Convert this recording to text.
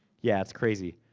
yeah, it's crazy.